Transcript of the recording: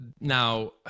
now